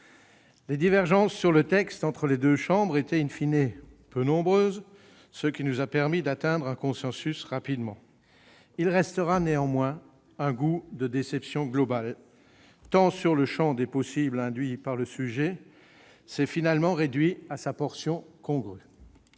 Les divergences sur le texte entre les deux chambres étaient peu nombreuses, ce qui nous a permis d'atteindre un consensus rapidement. Il restera néanmoins un goût de déception globale, tant le champ des possibles induit par le sujet s'est finalement réduit. Je pense